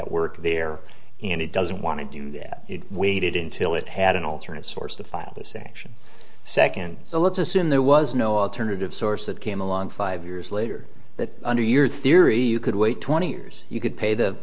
at work there and it doesn't want to do that it waited until it had an alternate source to file the sanction second so let's assume there was no alternative source that came along five years later that under your theory you could wait twenty years you could pay the